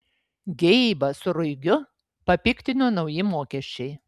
geibą su ruigiu papiktino nauji mokesčiai